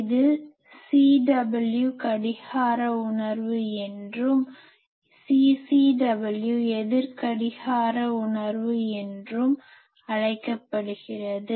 இது CW கடிகார உணர்வு என்றும் CCW எதிர் கடிகார உணர்வு என்றும் அழைக்கப்படுகிறது